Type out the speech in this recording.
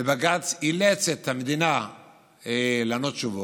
ובג"ץ אילץ את המדינה לענות תשובות.